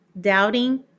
doubting